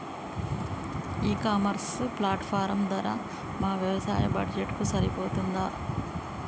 ఈ e commerce platform ధర మా వ్యవసాయ బడ్జెట్ కు సరిపోతుందా?